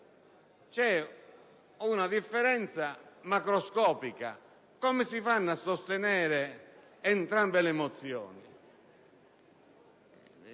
è una differenza macroscopica. Come si fa a sostenere entrambe le mozioni?